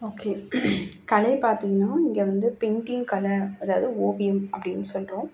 okay கலையை பார்த்தீங்கன்னா இங்கே வந்து பெயிண்டிங் கலை அதாவது ஓவியம் அப்படின்னு சொல்கிறோம்